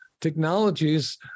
technologies